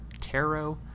Tarot